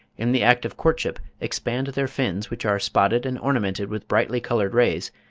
in the act of courtship, expand their fins, which are spotted and ornamented with brightly coloured rays,